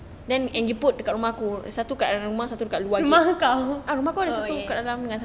rumah kau